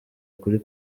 kuri